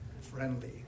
Friendly